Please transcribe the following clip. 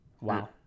wow